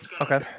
Okay